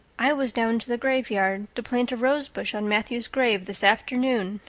i was down to the graveyard to plant a rosebush on matthew's grave this afternoon,